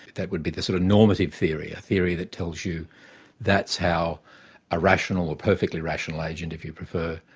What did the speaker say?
that would be the sort of normative theory, a theory that tells you that's how a rational, or perfectly rational agent if you prefer,